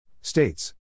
States